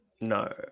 No